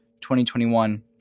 2021